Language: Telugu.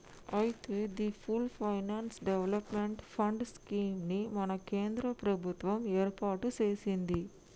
అయితే the full finance development fund scheme ని మన కేంద్ర ప్రభుత్వం ఏర్పాటు సెసింది